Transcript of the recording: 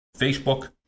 Facebook